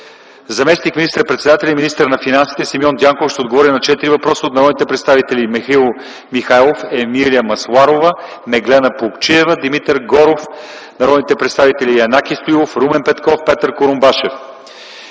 Заместник министър-председателят и министър на финансите Симеон Дянков ще отговори на четири въпроса: от народните представители Михаил Михайлов, Емилия Масларова, Меглена Плугчиева, Димитър Горов; от народните представители Янаки Стоилов, Румен Петков и Петър Курумбашев.